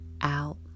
out